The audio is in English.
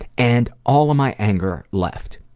and all of my anger left.